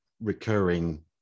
recurring